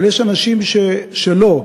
אבל יש אנשים שלא.